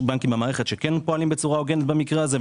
שכן פועלים בצורה הוגנת במקרה הזה,